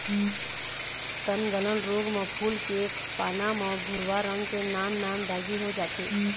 तनगलन रोग म फूल के पाना म भूरवा रंग के नान नान दागी हो जाथे